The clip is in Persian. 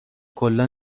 کلا